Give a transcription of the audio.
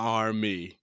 army